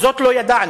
זאת לא ידענו,